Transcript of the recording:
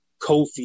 Kofi